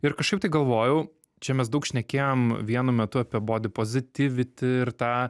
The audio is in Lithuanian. ir kažkaip tai galvojau čia mes daug šnekėjom vienu metu apie bodipozityviti ir tą